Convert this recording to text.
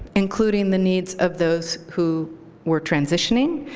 including the needs of those who were transitioning,